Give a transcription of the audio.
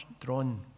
drawn